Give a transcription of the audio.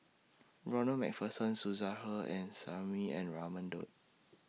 Ronald MacPherson Suzairhe Sumari and Raman Daud